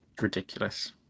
ridiculous